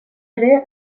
ere